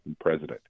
president